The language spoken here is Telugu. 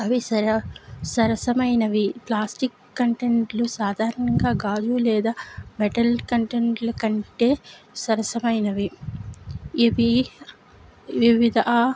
అవిసరా సరసమైనవి ప్లాస్టిక్ కంటెంట్లు సాధారణంగా గాజు లేదా మెటల్ కంటెంట్లు కంటే సరసమైనవి ఇవి వివిధా